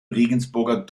regensburger